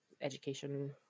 education